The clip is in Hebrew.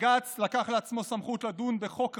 בג"ץ לקח לעצמו סמכות לדון בחוק רגיל,